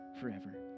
forever